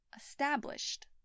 established